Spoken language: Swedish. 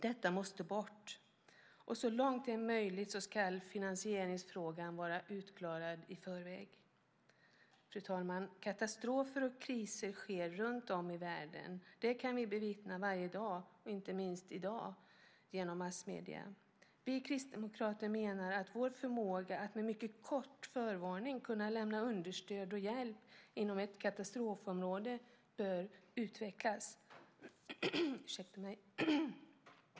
Detta måste bort. Så långt det är möjligt ska finansieringsfrågan vara utklarad i förväg. Fru talman! Katastrofer och kriser sker runtom i världen. Det kan vi bevittna varje dag, inte minst i dag, genom massmedierna. Vi kristdemokrater menar att Sveriges förmåga att med mycket kort förvarning lämna understöd och hjälp på ett katastrofområde bör utvecklas.